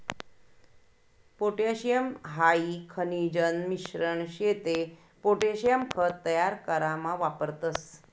potassium हाई खनिजन मिश्रण शे ते पोटॅशियम खत तयार करामा वापरतस